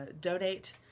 donate